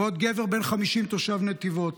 וגבר בן 50 תושב נתיבות.